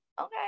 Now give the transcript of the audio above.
Okay